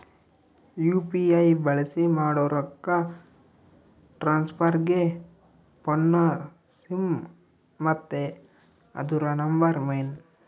UPI ಬಳ್ಸಿ ಮಾಡೋ ರೊಕ್ಕ ಟ್ರಾನ್ಸ್ಫರ್ಗೆ ಫೋನ್ನ ಸಿಮ್ ಮತ್ತೆ ಅದುರ ನಂಬರ್ ಮೇನ್